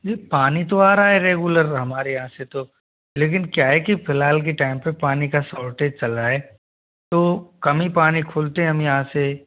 जी पानी तो आ रहा है रेगुलर हमारे यहाँ से तो लेकिन क्या है कि फिलहाल के टाइम पे पानी का सॉरटेज चल रहा है तो कम ही पानी खुलते है हम यहाँ से